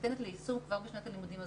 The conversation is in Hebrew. שניתנת ליישום כבר בשנת הלימודים הזאת.